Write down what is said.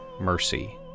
mercy